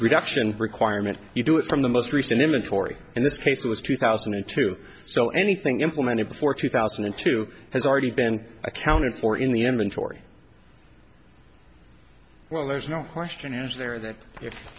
reduction requirement you do it from the most recent imagery in this case it was two thousand and two so anything implemented before two thousand and two has already been accounted for in the inventory well there's no question is there that if